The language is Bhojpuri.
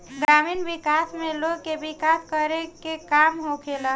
ग्रामीण विकास में लोग के विकास करे के काम होखेला